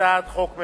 הצעת חוק ממשלתית.